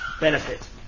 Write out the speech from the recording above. benefit